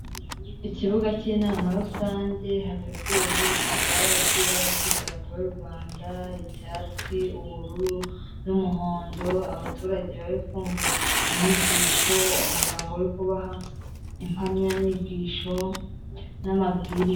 Ikibuga k'inama rusange hateguwemo ibitambaro by'ibara ry'idapu yu Rwanda icyatsi, ubururu n'umuhondo abaturage bari kumva inyigisho, umuganga uri kubaha impamyayigisho n'amabwiriza.